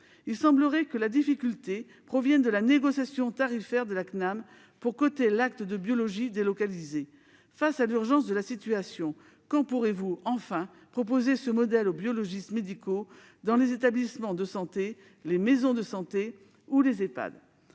Il semble que la difficulté provienne de la négociation tarifaire de la CNAM pour coter l'acte de biologie délocalisé. Face à l'urgence de la situation, quand pourrez-vous enfin proposer ce modèle aux biologistes médicaux dans les établissements de santé, les maisons de santé ou les Ehpad ?